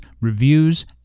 reviews